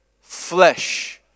flesh